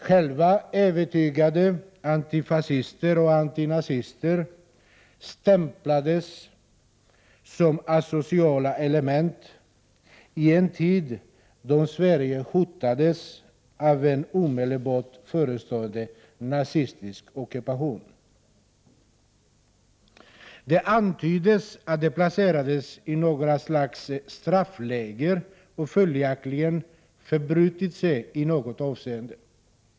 Själva övertygade antifascister och antinazister stämplades de internerade som asociala element i en tid då Sverige hotades av en omedelbart förestående nazistisk ockupation. Det antyddes att de placerades i något slags straffläger, och följaktligen hade de förbrutit sig i något avseende.